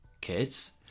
kids